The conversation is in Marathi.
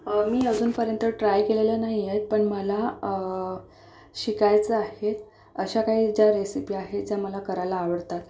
मी अजूनपर्यंत ट्राय केलेल्या नाही आहेत पण मला शिकायचं आहेत अशा काही ज्या रेसिपी आहे ज्या मला करायला आवडतात